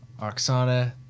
Oksana